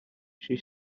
she